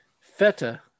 Feta